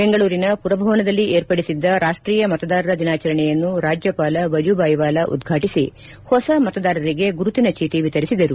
ಬೆಂಗಳೂರಿನ ಮರಭವನದಲ್ಲಿ ವಿರ್ಪಡಿಸಿದ್ದ ರಾಷ್ಟೀಯ ಮತದಾರರ ದಿನಾಚರಣೆಯನ್ನು ರಾಜ್ಯವಾಲ ವಜುಬಾಯಿ ವಾಲಾ ಉದ್ಘಾಟಿಸಿ ಹೊಸ ಮತದಾರರಿಗೆ ಗುರುತಿನ ಜೀಟಿ ವಿತರಿಸಿದರು